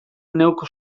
neuk